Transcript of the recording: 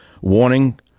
warning